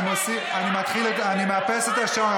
אני מאפס את השעון.